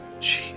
Jeez